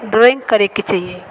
drawing करैके चाहियै